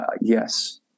Yes